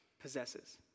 possesses